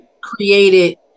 created